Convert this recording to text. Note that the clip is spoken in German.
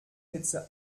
hitze